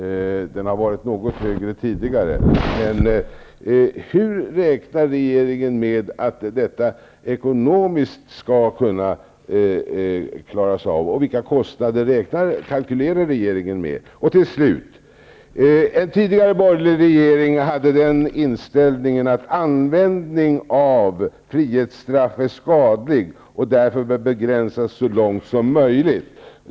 Den har varit något större tidigare. Hur räknar regeringen med att detta skall klaras av ekonomiskt, och vilka kostnader kalkylerar regeringen med? Till slut. En tidigare borgerlig regering hade den inställningen att användning av frihetsstraff är skadlig och därför bör begränsas så långt som möjligt.